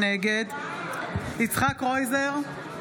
נגד יצחק קרויזר,